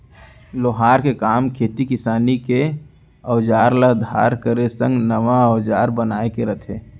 लोहार के काम खेती किसानी के अउजार ल धार करे संग नवा अउजार बनाए के रथे